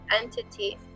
entity